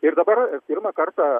ir dabar pirmą kartą